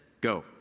go